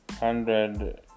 hundred